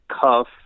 cuff